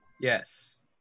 Yes